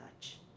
touch